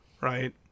Right